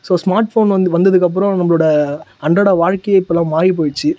so smart phone வந்து வந்ததுக்கு அப்புறம் நம்மளோடய அன்றாட வாழ்க்கையே இப்போ எல்லாம் மாறிப் போயிருச்சு